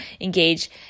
engage